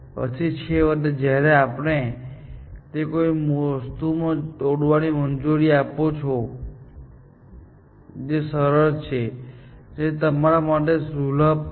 પછી છેવટે જ્યારે તમે તેને કોઈ એવી વસ્તુમાં તોડવાની મંજૂરી આપો છો જે સરળ છે જે તમારા માટે સુલભ છે